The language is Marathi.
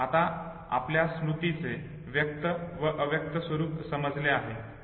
आता आपल्याला स्मृतीचे व्यक्त व अव्यक्त स्वरूप समजले आहे